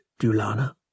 Dulana